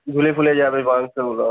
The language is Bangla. ঝুলে ফুলে যাবে মাংসগুলো